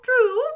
true